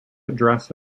address